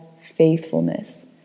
faithfulness